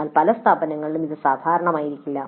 എന്നാൽ പല സ്ഥാപനങ്ങളിലും ഇത് സാധാരണമായിരിക്കില്ല